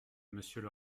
monsieur